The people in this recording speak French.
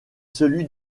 celui